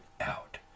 out